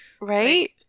Right